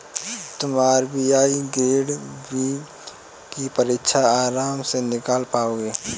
तुम RBI grade B की परीक्षा आराम से निकाल पाओगे